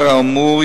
לאור האמור,